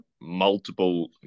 multiple